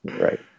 Right